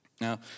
Now